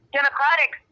Democratic